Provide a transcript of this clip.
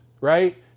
right